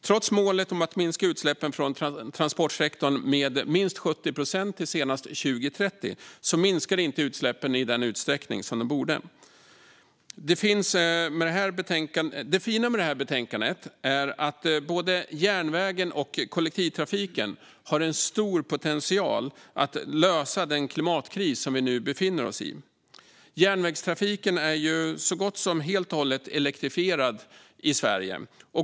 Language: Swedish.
Trots målet om att minska utsläppen från transportsektorn med minst 70 procent till senast 2030 minskar inte utsläppen i den utsträckning som de borde. Det fina med det här betänkandet är att både järnvägen och kollektivtrafiken har stor potential att lösa den klimatkris vi nu befinner oss i. Järnvägstrafiken är så gott som helt och hållet elektrifierad i Sverige.